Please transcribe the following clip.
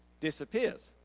disappears.